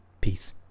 Peace